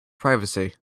privacy